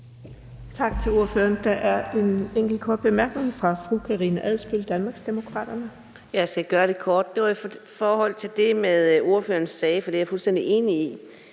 Tak til ordføreren. Der er en enkelt kort bemærkning fra fru Karina Adsbøl, Danmarksdemokraterne. Kl. 12:51 Karina Adsbøl (DD): Jeg skal gøre det kort. Det var i forhold til det, ordføreren sagde. Jeg er fuldstændig enig: